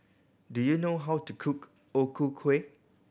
do you know how to cook O Ku Kueh